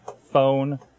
phone